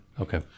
Okay